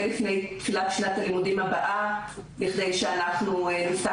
לפני תחילת שנת הלימודים הקרובה וזאת בכדי שאנחנו נפתח